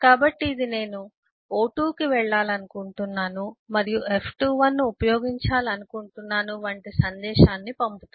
కాబట్టి ఇది నేను O2 కి వెళ్లాలనుకుంటున్నాను మరియు f21ను ఉపయోగించాలి అనుకుంటున్నాను వంటి సందేశాన్ని పంపుతుంది